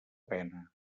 pena